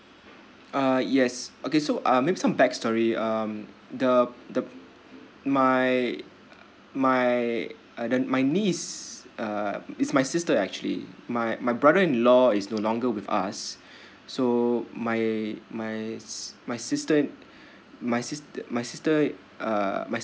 uh yes okay so uh maybe some back story um the the my my uh the my niece uh is my sister actually my my brother in law is no longer with us so my my my sister my sis my sister uh my